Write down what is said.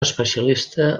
especialista